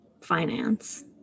finance